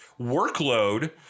workload